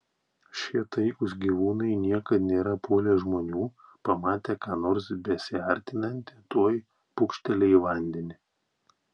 šie taikūs gyvūnai niekad nėra puolę žmonių pamatę ką nors besiartinantį tuoj pūkšteli į vandenį